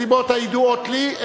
מסיבות הידועות לי,